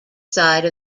side